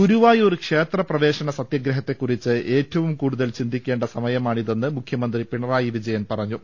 ഗുരുവായൂർ ക്ഷേത്ര പ്രവേശന സത്യഗ്രഹത്തെ കുറിച്ച് ഏറ്റവും കൂടുതൽ ചിന്തിക്കേണ്ട സമയമാണിതെന്ന് മുഖ്യമന്ത്രി പിണറായി വിജയൻ പറഞ്ഞു